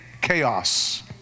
chaos